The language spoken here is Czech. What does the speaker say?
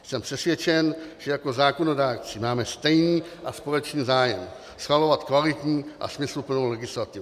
Jsem přesvědčen, že jako zákonodárci máme stejný a společný zájem schvalovat kvalitní a smysluplnou legislativu.